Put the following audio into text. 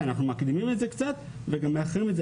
אלא מקדימים את זה קצת וגם מאחרים את זה